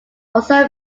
also